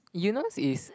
Eunos is